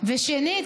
זה לא החוק.